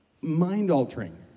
mind-altering